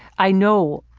i know,